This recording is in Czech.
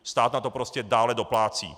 Stát na to prostě dále doplácí.